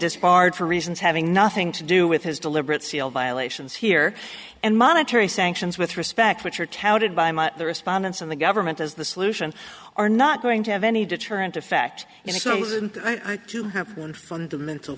disbarred for reasons having nothing to do with his deliberate c l violations here and monetary sanctions with respect which are touted by my respondents in the government as the solution are not going to have any deterrent effect in some ways and i too have one fundamental